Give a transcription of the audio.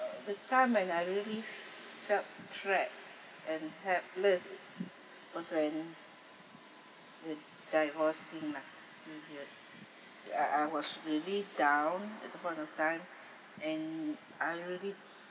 the time when I really felt trapped and helpless was when with divorce thing lah uh I I was really down at the point of time and I'm really